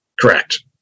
Correct